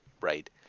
right